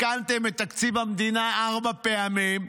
תיקנתם את תקציב המדינה ארבע פעמים.